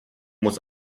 muss